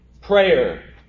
prayer